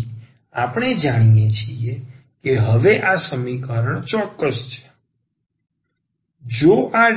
તેથી આપણે જાણીએ છીએ કે હવે આ સમીકરણ ચોક્કસ છે જો આ